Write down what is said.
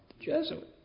Jesuit